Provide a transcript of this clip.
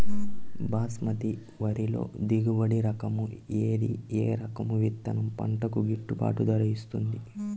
బాస్మతి వరిలో దిగుబడి రకము ఏది ఏ రకము విత్తనం పంటకు గిట్టుబాటు ధర ఇస్తుంది